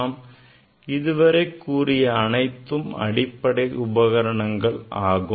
நாம் இதுவரை கூறிய அனைத்தும் அடிப்படை உபகரணங்கள் ஆகும்